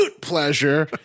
pleasure